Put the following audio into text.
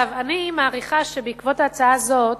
אני מעריכה שבעקבות ההצעה הזאת